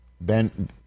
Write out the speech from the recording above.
Ben